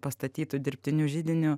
pastatytu dirbtiniu židiniu